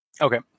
Okay